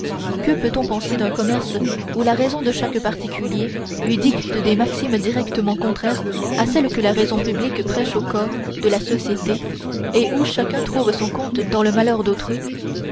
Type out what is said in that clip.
que peut-on penser d'un commerce où la raison de chaque particulier lui dicte des maximes directement contraires à celles que la raison publique prêche au corps de la société et où chacun trouve son compte dans le malheur d'autrui